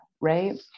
right